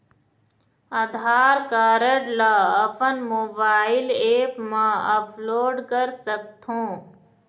आधार card ला अपन mobile app मा अपलोड कर सकथों?